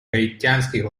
гаитянских